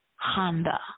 Honda